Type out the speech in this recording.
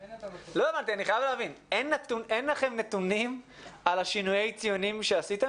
אין לכם נתונים על שינויי הציונים שביצעתם?